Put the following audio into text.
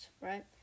right